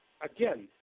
Again